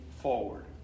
forward